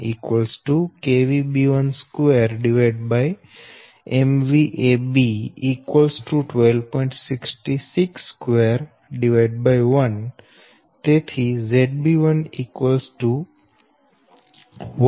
0 હવે ZB1 B12B 12